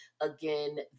Again